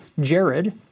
Jared